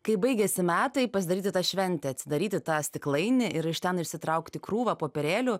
kai baigiasi metai pasidaryti tą šventę atsidaryti tą stiklainį ir iš ten išsitraukti krūvą popierėlių